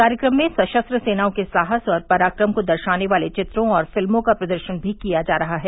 कार्यक्रम में सशस्त्र सेनाओं के साहस और पराक्रम को दर्शाने वाले चित्रों और फिल्मों का प्रदर्शन भी किया जा रहा है